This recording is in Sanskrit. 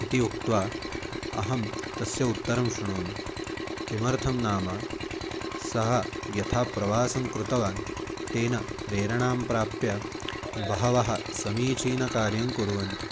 इति उक्त्वा अहं तस्य उत्तरं श्रुणोमि किमर्थं नाम सः यथा प्रवासं कृतवान् तेन प्रेरणां प्राप्य बहवः समीचीनं कार्याणि कुर्वन्ति